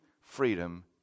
freedom